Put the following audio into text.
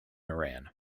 iran